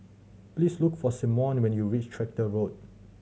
please look for Simeon when you reach Tractor Road